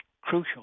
crucial